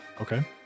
Okay